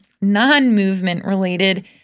non-movement-related